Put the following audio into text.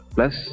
Plus